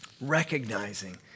recognizing